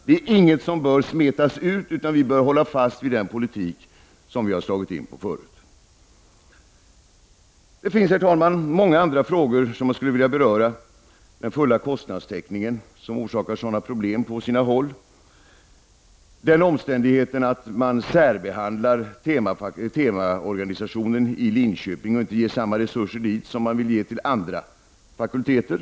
Det är inget som bör smetas ut, utan vi bör hålla fast vid den politik som vi har slagit in på tidigare. Herr talman! Det finns många andra frågor som jag skulle vilja beröra, bl.a. den fulla kostnadstäckningen, som orsakar sådana problem på sina håll och omständigheten att man särbehandlar temaorganisationen i Linköping och inte ger samma resurser dit som ges till andra fakulteter.